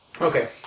Okay